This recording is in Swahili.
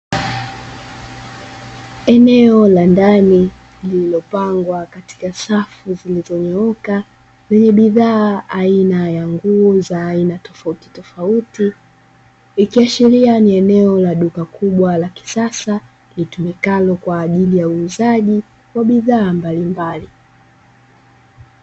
Eneo la ndani lililopangwa katika safu zilizonyooka, zenye bidhaa aina ya nguo za aina tofautitofauti, ikiashiria ni eneo la duka kubwa la kisasa, litumikalo kwa ajili ya uuzaji wa bidhaa mbalimbali.